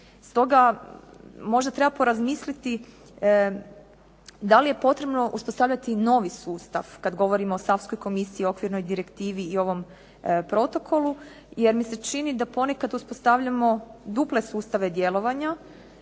Stoga, možda treba porazmisliti da li je potrebno uspostavljati novi sustav kad govorimo o savskoj komisiji, okvirnoj direktivi i ovom protokolu, jer mi se čini da ponekad uspostavljamo duple sustave djelovanja